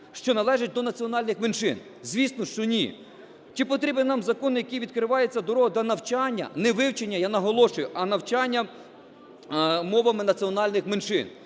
що належать до національних меншин. Звісно, що ні. Чи потрібен нам закон, який… відкривається дорога до навчання, не вивчення, я наголошую, а навчання мовами національних меншин.